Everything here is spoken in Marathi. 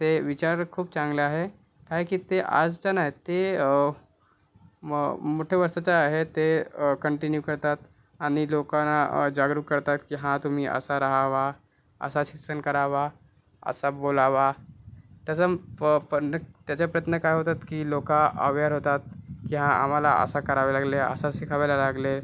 ते विचार खूप चांगले आहे काय आहे की ते आजचा नाहीत ते मोठ्या वर्षाचे आहेत ते कंटिन्यू करतात आणि लोकांना जागरूक करतात की हा तुम्ही असे राहावे असे शिक्षण करावे असे बोलावे तसं त्याचे प्रयत्न काय होतात की लोक अवेअर होतात की हां आम्हाला असे करावे लागले असे शिकावे लागले